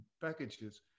packages